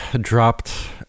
dropped